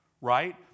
right